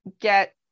get